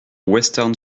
western